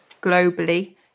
globally